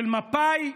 של מפא"י,